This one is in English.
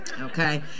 Okay